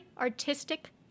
artistic